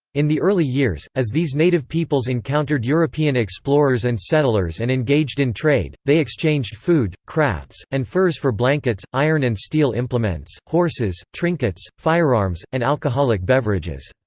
in the early years, as these native peoples encountered european explorers and settlers and engaged in trade, they exchanged food, crafts, and furs for blankets, iron and steel implements, horses, trinkets, firearms, and alcoholic beverages.